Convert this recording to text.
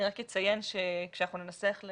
אני רק אציין שכשאנחנו ננסח את